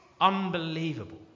Unbelievable